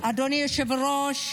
אדוני היושב-ראש,